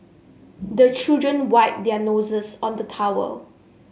the children wipe their noses on the towel